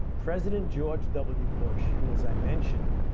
president george w. bush, who as i mentioned,